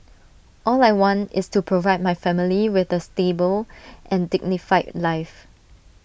all I want is to provide my family with A stable and dignified life